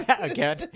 Again